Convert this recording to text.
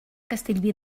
castellví